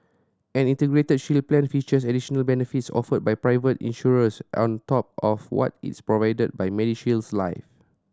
an Integrated Shield Plan features additional benefits offered by private insurers on top of what is provided by MediShield Life